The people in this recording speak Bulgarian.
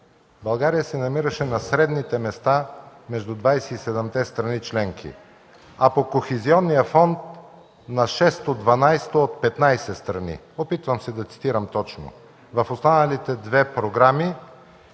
България се намираше на средните места между 27-те страни членки, а по Кохезионния фонд – на 6-то, 12-то от 15 страни. Опитвам се да цитирам точно. В останалите два фонда